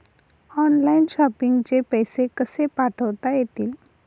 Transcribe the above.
Online shopping चे पैसे कसे पाठवता येतील?